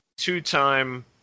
two-time